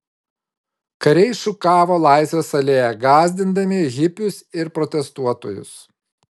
kariai šukavo laisvės alėją gąsdindami hipius ir protestuotojus